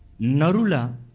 narula